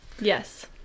Yes